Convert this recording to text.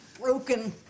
broken